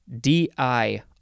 D-I